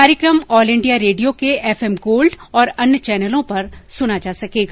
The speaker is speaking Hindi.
कार्यक्रम ऑल इंडिया रेडियो के एफ एम गोल्ड और अन्य चैनलों पर सुना जा सकेगा